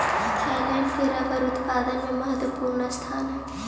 Thailand के rubber उत्पादन में महत्त्वपूर्ण स्थान हइ